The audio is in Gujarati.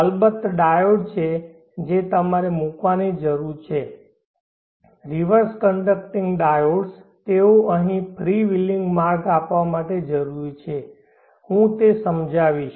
અલબત્ત ડાયોડ છે જે તમારે મૂકવાની જરૂર છે રિવર્સ કંડકટીંગ ડાયોડ્સ તેઓ અહીં ફ્રી વ્હિલિંગ માર્ગ આપવા માટે જરૂરી છે હું તે સમજાવીશ